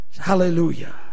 hallelujah